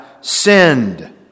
sinned